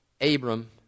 Abram